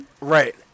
right